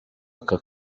aka